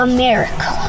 America